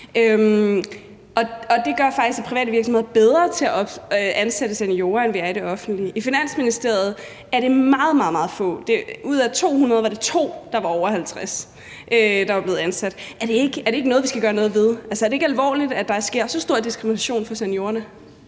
at private virksomheder er bedre til at ansætte seniorer, end man er i det offentlige. I Finansministeriet er det meget, meget få. Ud af 200 var der 2, der var over 50 år, som var blevet ansat. Er det ikke noget, vi skal gøre noget ved? Er det ikke alvorligt, at der sker så stor diskrimination af seniorerne